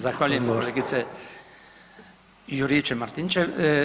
Zahvaljujem kolegice Juričev-Martinčev.